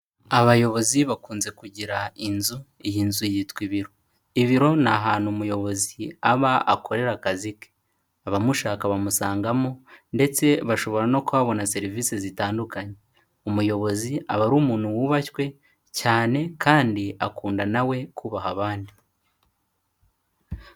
Abayobozi bakunze kugira inzu, iyi nzu yitwa ibiro. Ibiro ni ahantu umuyobozi aba akorera akazi ke, abamushaka bamusangamo ndetse bashobora no kuhabona serivisi zitandukanye. Umuyobozi aba ari umuntu wubashywe cyane kandi akunda na we kubaha abandi.